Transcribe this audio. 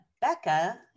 Becca